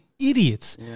idiots